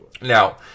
now